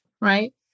right